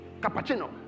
cappuccino